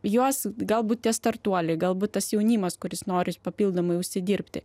jos galbūt tie startuoliai galbūt tas jaunimas kuris nori papildomai užsidirbti